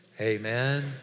amen